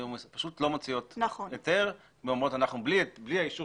הן לא היו מוציאות היתר ואומרות שבלי אישור